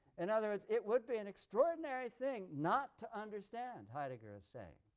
in other words, it would be an extraordinary thing not to understand, heiddeger is saying.